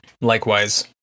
Likewise